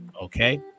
okay